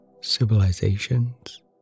civilizations